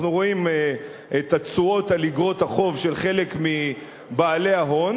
אנחנו רואים את התשואות על איגרות החוב של חלק מבעלי ההון,